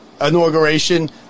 inauguration